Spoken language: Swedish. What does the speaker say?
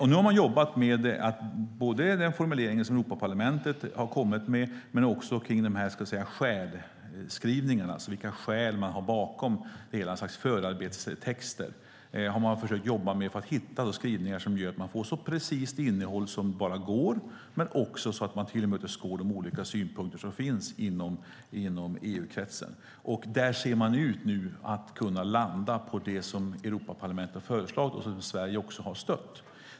Man har jobbat både med den formulering som Europaparlamentet har kommit med och med skälskrivningarna, alltså vilka skäl man har bakom. Det är ett slags förarbetestexter som man har jobbat med för att hitta skrivningar som gör att man får så precist innehåll som möjligt och för att tillmötesgå de olika synpunkter som finns inom EU-kretsen. Här ser man nu ut att kunna landa på det som Europaparlamentet har föreslagit och som Sverige också har stött.